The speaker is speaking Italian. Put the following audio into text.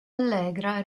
allegra